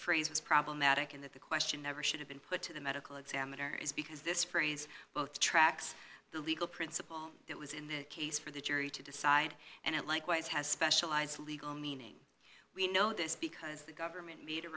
phrase was problematic in that the question never should have been put to the medical examiner is because this phrase both tracks the legal principle that was in the case for the jury to decide and it likewise has specialized legal meaning we know this because the government made a